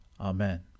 Amen